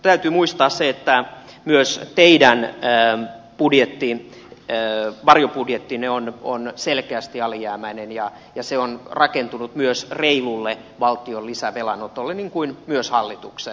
täytyy muistaa se että myös teidän varjobudjettinne on selkeästi alijäämäinen ja se on rakentunut myös reilulle valtion lisävelanotolle niin kuin myös hallituksen